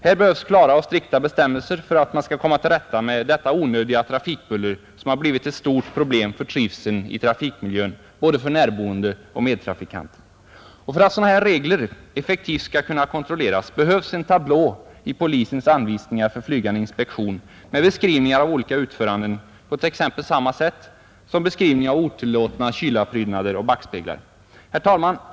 Här behövs klara och strikta bestämmelser för att man skall komma till rätta med det onödiga trafikbuller som blivit ett stort problem för trivseln i trafikmiljön — både för närboende och för medtrafikanter. För att sådana här regler effektivt skall kunna kontrolleras behövs en tablå i polisens Anvisningar för flygande inspektion med beskrivningar av olika utföranden på t.ex. samma sätt som beskrivningen av otillåtna kylarprydnader och backspeglar. Herr talman!